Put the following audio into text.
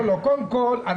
קודם כול,